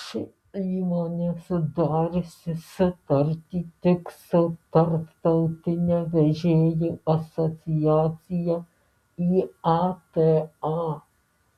ši įmonė sudariusi sutartį tik su tarptautine vežėjų asociacija iata